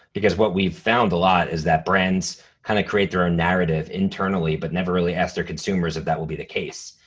because what we've found a lot is that brands kind of create their own narrative internally, but never really asked their consumers if that will be the case.